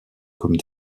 comme